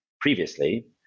Previously